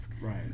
Right